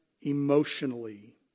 emotionally